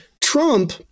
Trump-